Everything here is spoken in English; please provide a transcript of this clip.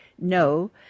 No